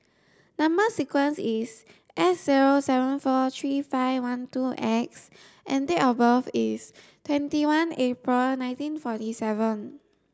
number sequence is S zero seven four three five one two X and date of birth is twenty one April nineteen forty seven